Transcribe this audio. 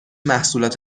محصولات